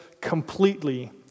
completely